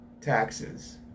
taxes